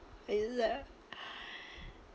is it